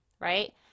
Right